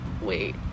wait